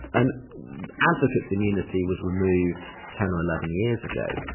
and advocates' immunity was removed ten or eleven years ago,